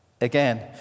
Again